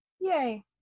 Yay